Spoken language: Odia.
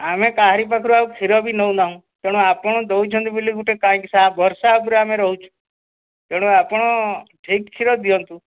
ଆମେ କାହାରି ପାଖରୁ ଆଉ କ୍ଷୀର ବି ନେଉ ନାହୁଁ ତେଣୁ ଆପଣ ଦେଉଛନ୍ତି ବୋଲି ଗୋଟେ କାହିଁକି ସାହା ଭରସା ଉପରେ ଆମେ ରହୁଛୁ ତେଣୁ ଆପଣ ଠିକ୍ କ୍ଷୀର ଦିଅନ୍ତୁ